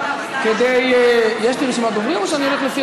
יש לי רשימת דוברים או שאני הולך לפי